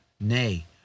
Nay